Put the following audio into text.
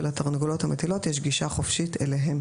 ולתרנגולות המטילות יש גישה חופשית אליה.